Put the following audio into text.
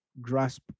grasp